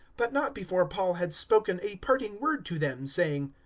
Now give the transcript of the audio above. but not before paul had spoken a parting word to them, saying,